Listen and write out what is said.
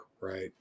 right